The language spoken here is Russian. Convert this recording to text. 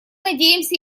надеемся